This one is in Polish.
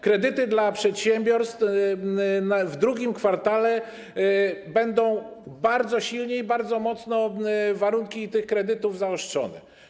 Kredyty dla przedsiębiorstw - w II kwartale będą bardzo silnie i bardzo mocno warunki tych kredytów zaostrzone.